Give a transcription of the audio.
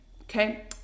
Okay